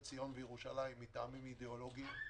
ציון וירושלים מטעמים אידיאולוגיים,